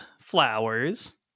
flowers